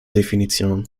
definition